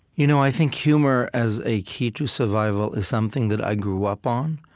you know i think humor as a key to survival is something that i grew up on.